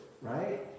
right